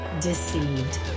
deceived